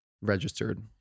registered